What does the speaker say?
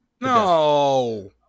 No